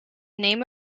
name